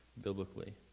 biblically